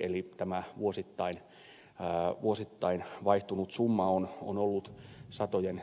eli tämä vuosittain vaihtunut summa on ollut satojen